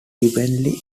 evenly